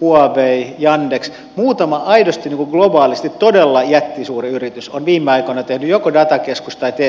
huawei yandex muutama aidosti globaalisti todella jättisuuri yritys on viime aikoina tehnyt joko datakeskus tai t k investointeja suomeen